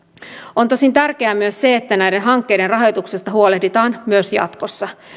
on tosin tärkeää myös se että näiden hankkeiden rahoituksesta huolehditaan myös jatkossa